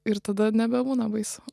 ir tada nebebūna baisu